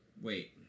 Wait